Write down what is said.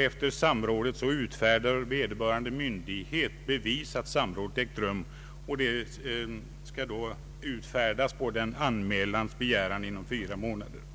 Efter samrådet utfärdar vederbörande myndighet bevis att samrådet har ägt rum, och detta bevis skall utfärdas på den anmälandes begäran inom fyra månader efter det att anmälan gjorts.